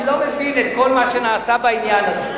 אני לא מבין את כל מה שנעשה בעניין הזה.